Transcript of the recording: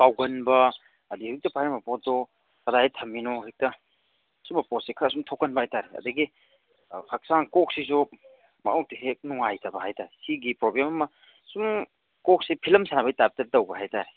ꯀꯥꯎꯒꯟꯕ ꯑꯗꯒꯤ ꯍꯧꯖꯤꯛꯇ ꯄꯥꯏꯔꯝꯕ ꯄꯣꯠꯇꯣ ꯀꯗꯥꯏꯗ ꯊꯝꯃꯤꯅꯣ ꯍꯦꯛꯇ ꯁꯤꯒꯨꯝꯕ ꯄꯣꯠꯁꯦ ꯈꯔ ꯁꯨꯝ ꯊꯣꯛꯀꯟꯕ ꯍꯥꯏꯇꯔꯦ ꯑꯗꯒꯤ ꯍꯛꯆꯥꯡ ꯀꯣꯛꯁꯤꯁꯨ ꯃꯔꯛ ꯃꯔꯛꯇ ꯍꯦꯛ ꯅꯨꯡꯉꯥꯏꯇꯕ ꯍꯥꯏꯇꯔꯦ ꯁꯤꯒꯤ ꯄ꯭ꯔꯣꯕ꯭ꯂꯦꯝ ꯑꯃ ꯁꯨꯝ ꯀꯣꯛꯁꯤ ꯐꯤꯂꯝ ꯁꯥꯟꯅꯕꯒꯤ ꯇꯥꯏꯞꯇ ꯇꯧꯕ ꯍꯥꯏꯇꯔꯦ